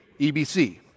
EBC